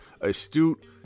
astute